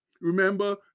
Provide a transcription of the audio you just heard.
Remember